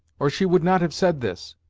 or she would not have said this.